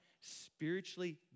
spiritually